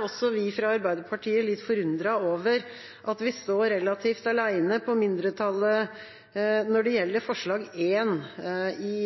også vi fra Arbeiderpartiet litt forundret over at vi står relativt alene når det gjelder mindretallsforslag nr. 1 i